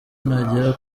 nagera